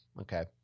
Okay